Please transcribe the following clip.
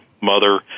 mother